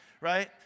Right